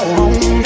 home